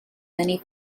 many